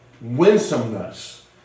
winsomeness